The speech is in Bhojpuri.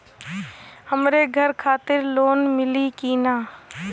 हमरे घर खातिर लोन मिली की ना?